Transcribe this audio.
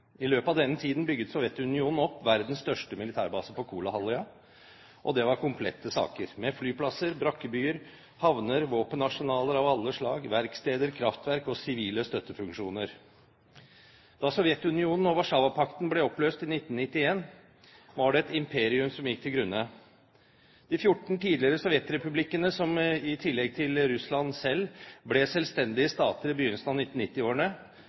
I løpet av denne tiden bygde Sovjetunionen opp verdens største militærbase på Kolahalvøya. Det var komplette saker, med flyplasser, brakkebyer, havner, våpenarsenaler av alle slag, verksteder, kraftverk og sivile støttefunksjoner. Da Sovjetunionen og Warszawapakten ble oppløst i 1991, var det et imperium som gikk til grunne. De 14 tidligere sovjetrepublikkene som i tillegg til Russland selv, ble selvstendige stater i begynnelsen av